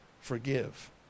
forgive